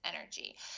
energy